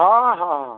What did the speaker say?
ହଁ ହଁ ହଁ